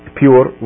pure